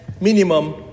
minimum